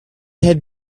had